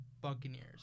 Buccaneers